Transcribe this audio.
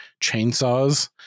chainsaws